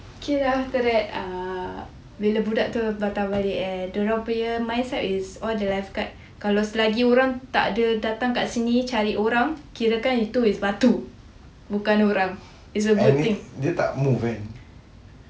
K lah after that bila budak tu patah balik eh diorang punya mindset is all the lifeguard kalau selagi takde datang kat sini cari orang kirakan itu is batu bukan orang it's a good thing